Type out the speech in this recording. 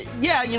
yeah, you